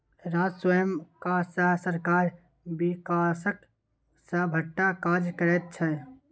राजस्व कर सँ सरकार बिकासक सभटा काज करैत छै